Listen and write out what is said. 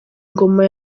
ingoma